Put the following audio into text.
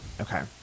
Okay